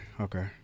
okay